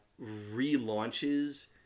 relaunches